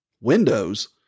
Windows